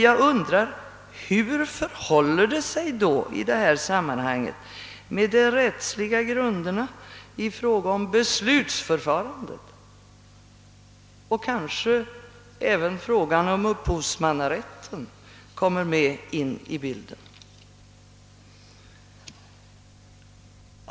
Jag undrar hur förhåller det sig med de rättsliga grunderna i fråga om beslutsförfarandet? Kanske även frågan om upphovsrätten kommer in i bilden?